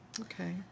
Okay